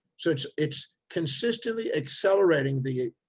so it's, it's consistently accelerating the,